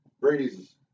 Brady's